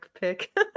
pick